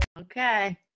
Okay